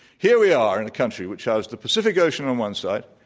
here we are in a country which has the pacific ocean on one side,